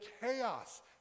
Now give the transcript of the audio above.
chaos